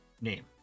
name